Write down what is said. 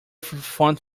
font